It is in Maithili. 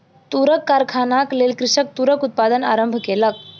तूरक कारखानाक लेल कृषक तूरक उत्पादन आरम्भ केलक